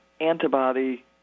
antibody